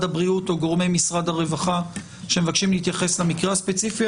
הבריאות או גורמי משרד הרווחה שמבקשים להתייחס למקרה הספציפי,